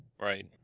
Right